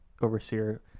overseer